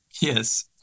Yes